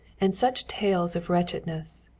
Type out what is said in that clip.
and such tales of wretchedness!